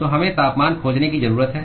तो हमें तापमान खोजने की जरूरत है